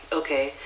okay